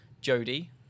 Jody